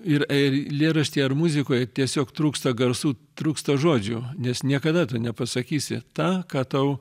ir eilėraštyje ar muzikoje tiesiog trūksta garsų trūksta žodžių nes niekada tu nepasakysi tą ką tau